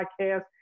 podcast